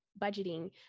budgeting